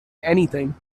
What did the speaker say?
anything